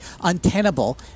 untenable